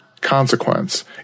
consequence